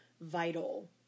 vital